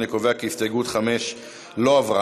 אני קובע כי הסתייגות 5 לא התקבלה.